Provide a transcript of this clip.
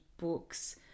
books